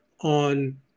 on –